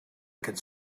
could